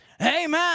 Amen